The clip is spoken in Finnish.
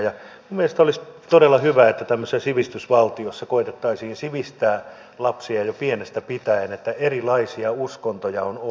minun mielestäni olisi todella hyvä että tämmöisessä sivistysvaltiossa koetettaisiin sivistää lapsia jo pienestä pitäen että erilaisia uskontoja on olemassa